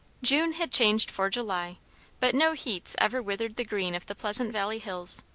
june had changed for july but no heats ever withered the green of the pleasant valley hills,